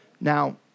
Now